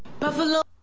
buffalo.